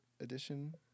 edition